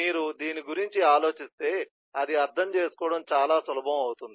మీరు దీని గురించి ఆలోచిస్తే అది అర్థం చేసుకోవడం చాలా సులభం అవుతుంది